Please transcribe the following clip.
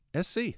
SC